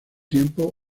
tiempo